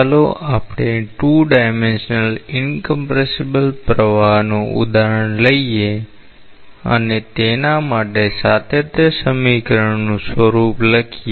ચાલો આપણે 2 dimensional incompressible પ્રવાહનું ઉદાહરણ લઈએ અને તેના માટે સાતત્ય સમીકરણનું સ્વરૂપ લખીએ